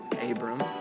Abram